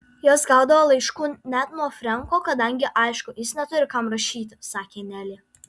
jos gaudavo laiškų net nuo frenko kadangi aišku jis neturi kam rašyti sakė nelė